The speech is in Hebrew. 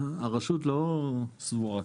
הרשות לא סבורה כך.